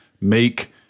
make